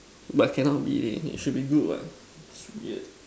but cannot be leh it should be good what should be